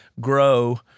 grow